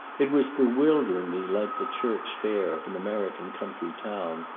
it was bewilderingly like the church fair of an american country town,